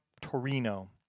Torino